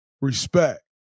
Respect